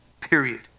period